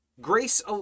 Grace